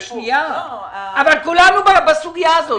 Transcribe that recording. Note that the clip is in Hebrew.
כולנו בסוגיה הזאת.